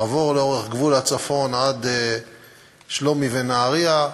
עבור לאורך גבול הצפון עד שלומי ונהריה,